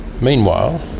Meanwhile